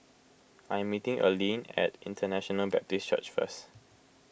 I am meeting Alene at International Baptist Church first